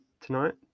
tonight